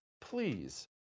Please